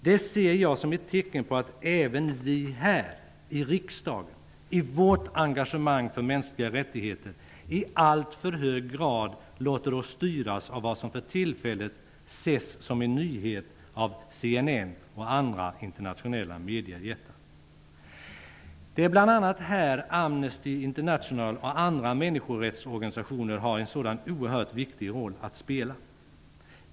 Det ser jag som ett tecken på att även vi här i riksdagen i vårt engagemang för mänskliga rättigheter i alltför hög grad låter oss styras av vad som för tillfället ses som en nyhet av CNN och andra internationella mediejättar. Det är bl.a. här Amnesty International och andra människorättsorganisationer har en sådan oerhört viktig roll att spela.